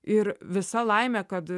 ir visa laimė kad